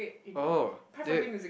oh th~